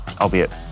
albeit